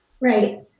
Right